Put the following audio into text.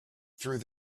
through